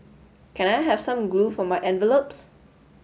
can I have some glue for my envelopes